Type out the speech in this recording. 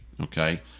okay